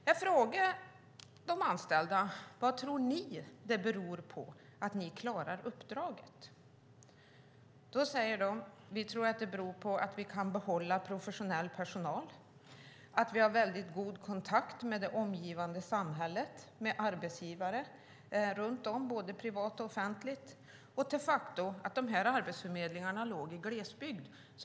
Jag frågade de anställda vad de tror att det beror på att de klarar uppdraget. De sade att de trodde att det berodde på att de kan behålla professionell personal, att de har god kontakt med det omgivande samhället, med arbetsgivare, både privat och offentligt, och de facto att arbetsförmedlingarna låg i glesbygd.